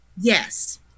Yes